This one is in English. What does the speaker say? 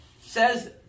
Says